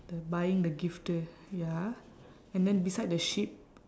the buying the gift ya and then beside the sheep